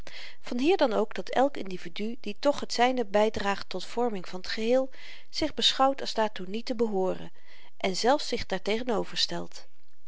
vanhier dan ook dat elk individu die toch het zyne bydraagt tot vorming van t geheel zich beschouwt als daartoe niet te behooren en zelfs zich daartegenover stelt